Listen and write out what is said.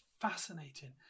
fascinating